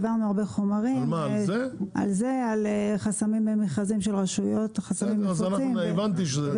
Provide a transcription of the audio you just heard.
על זה וכן על חסמים במכרזים של רשויות ועוד.